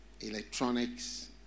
electronics